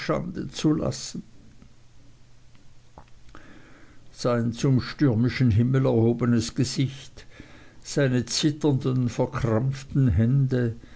lassen sein zum stürmischen himmel erhobenes gesicht seine zitternden verkrampften hände